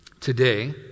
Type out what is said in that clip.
Today